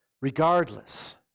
Regardless